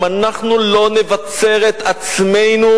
אם אנחנו לא נבצר את עצמנו,